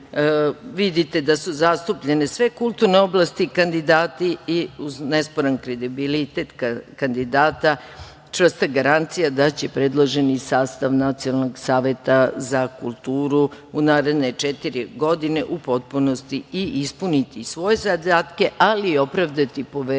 da su zastupljene sve kulturne oblasti i kandidati i uz nesporan kredibilitet kandidata čvrsta garancija da će predloženi sastav Nacionalnog saveta za kulturu u naredne četiri godini u potpunosti i ispuniti svoj zadatke, ali i opravdati poverenje